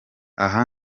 aha